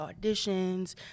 auditions